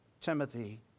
Timothy